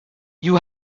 you